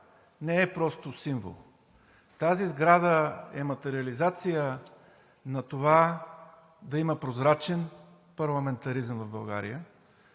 не е просто символ, а е материализация на това да има прозрачен парламентаризъм в България,